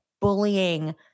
bullying